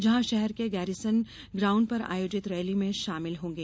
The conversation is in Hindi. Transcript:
जहां शहर के गैरिसन गाउण्ड पर आयोजित रैली में शामिल होंगे